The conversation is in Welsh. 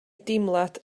deimlad